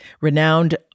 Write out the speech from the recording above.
renowned